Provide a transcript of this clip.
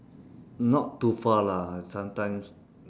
not too far lah sometimes